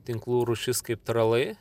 tinklų rūšis kaip tralai